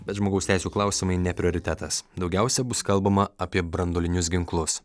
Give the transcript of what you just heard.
bet žmogaus teisių klausimai ne prioritetas daugiausiai bus kalbama apie branduolinius ginklus